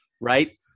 right